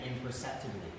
imperceptibly